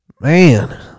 Man